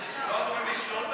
הם לא אמורים לישון בשעה הזאת?